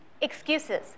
Excuses